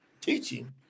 teaching